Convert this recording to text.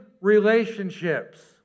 relationships